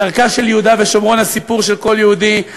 בדרכה של יהודה ושומרון הסיפור של כל יהודי.